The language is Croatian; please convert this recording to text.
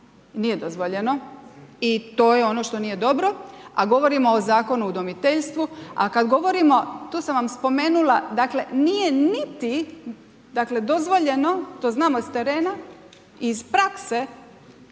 nije dozvoljeno i to je ono što nije dobro, a govorimo o Zakonu o udomiteljstvu, a kad govorimo, tu sam vam spomenula, dakle nije niti dozvoljeno, to znamo s terena, iz prakse,